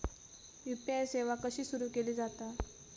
UPI सेवा कशी सुरू केली जाता?